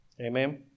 Amen